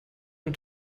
und